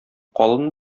калын